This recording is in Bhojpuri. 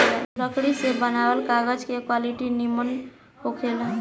लकड़ी से बनल कागज के क्वालिटी निमन होखेला